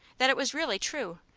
that it was really true,